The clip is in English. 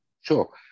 Sure